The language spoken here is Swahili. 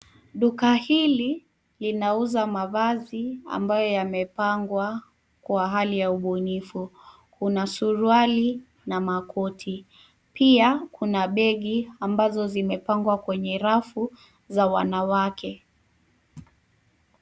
Duka hili linauza mavazi ambayo yamepangwa kwa hali ubunifu. Kuna suruali na makoti. Pia kuna begi ambazo zimepangwa kwenye rafu za wanawake.